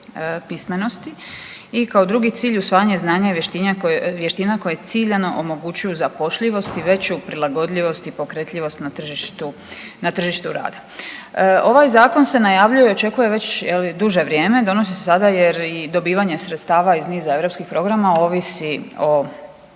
pismenosti. I kao drugi cilj usvajanje znanja i vještina koje ciljano omogućuju zapošljivost i veću prilagodljivost i pokretljivost na tržištu, na tržištu rada. Ovaj zakon se najavljuje i očekuje već je li duže vrijeme, donosi se sada jer dobivanje sredstava iz niza europski programa ovisi o